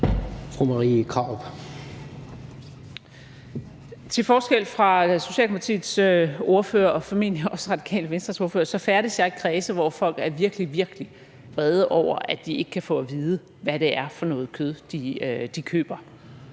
Marie Krarup (DF): Til forskel fra Socialdemokratiets ordfører og formentlig også Radikale Venstres ordfører færdes jeg i kredse, hvor folk er virkelig, virkelig vrede over, at de ikke kan få at vide, hvad det er for noget kød, de køber.